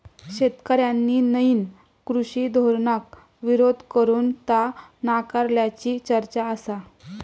शेतकऱ्यांनी नईन कृषी धोरणाक विरोध करून ता नाकारल्याची चर्चा आसा